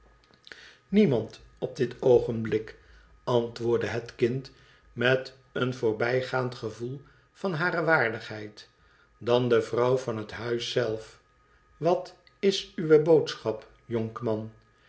niemand op dit oogenblik antwoordde het kind met een voorbijgaand gevoel van hare waardigheid dan de vrouw van het huis zelf wat is uwe boodschap jonkman